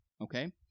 Okay